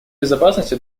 безопасности